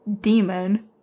demon